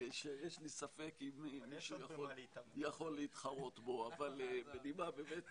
שיש לי ספק אם מישהו יכול להתחרות בו אבל בנימה יותר